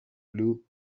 blue